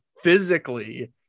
physically